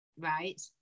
Right